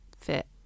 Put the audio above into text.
fit